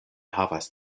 havas